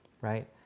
right